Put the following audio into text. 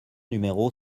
numéro